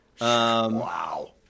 Wow